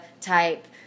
type